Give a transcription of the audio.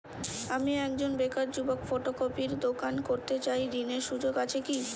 আমি একজন বেকার যুবক ফটোকপির দোকান করতে চাই ঋণের সুযোগ আছে কি?